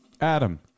Adam